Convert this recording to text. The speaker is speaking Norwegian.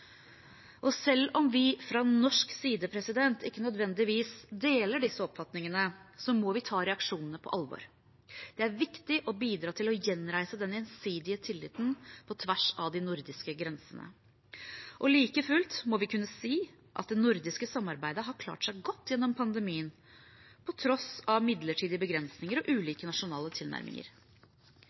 Selv om vi fra norsk side ikke nødvendigvis deler disse oppfatningene, må vi ta reaksjonene på alvor. Det er viktig å bidra til å gjenreise den gjensidige tilliten på tvers av de nordiske grensene. Likefullt må vi kunne si at det nordiske samarbeidet har klart seg godt gjennom pandemien, på tross av midlertidige begrensninger og ulike nasjonale tilnærminger.